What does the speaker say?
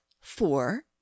four